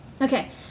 Okay